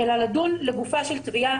אלא לדון לגופה של תביעה,